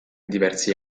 diversi